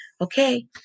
Okay